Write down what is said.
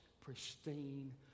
pristine